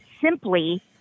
simply